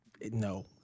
no